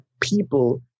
people